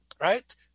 right